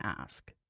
ask